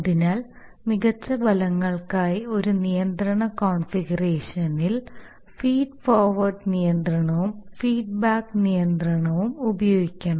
അതിനാൽ മികച്ച ഫലങ്ങൾക്കായി ഒരു നിയന്ത്രണ കോൺഫിഗറേഷനിൽ ഫീഡ് ഫോർവേഡ് നിയന്ത്രണവും ഫീഡ്ബാക്ക് നിയന്ത്രണവും ഉപയോഗിക്കണം